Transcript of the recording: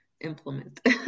implement